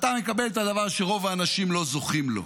אתה מקבל את הדבר שרוב האנשים לא זוכים לו,